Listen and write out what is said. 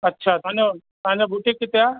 अच्छा तव्हांजो तव्हांजो बुटीक किथे आहे